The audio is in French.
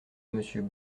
monsieur